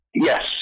Yes